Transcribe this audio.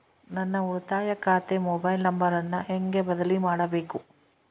ನನ್ನ ಉಳಿತಾಯ ಖಾತೆ ಮೊಬೈಲ್ ನಂಬರನ್ನು ಹೆಂಗ ಬದಲಿ ಮಾಡಬೇಕು?